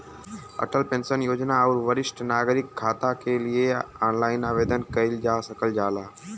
Atal pension योजना आउर वरिष्ठ नागरिक खाता के लिए ऑनलाइन आवेदन कइल जा सकल जाला